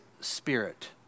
spirit